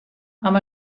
amb